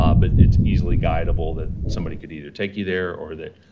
ah but it's easily guidable that somebody could either take you there or that,